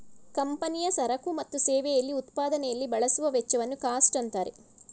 ಕಂಪನಿಯ ಸರಕು ಮತ್ತು ಸೇವೆಯಲ್ಲಿ ಉತ್ಪಾದನೆಯಲ್ಲಿ ಬಳಸುವ ವೆಚ್ಚವನ್ನು ಕಾಸ್ಟ್ ಅಂತಾರೆ